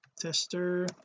tester